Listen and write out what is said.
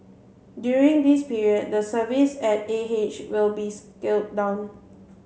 during this period the services at A H will be scaled down